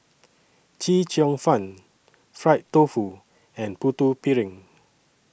Chee Cheong Fun Fried Tofu and Putu Piring